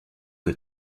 que